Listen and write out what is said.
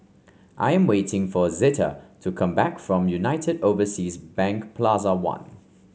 I am waiting for Zeta to come back from United Overseas Bank Plaza One